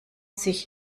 sich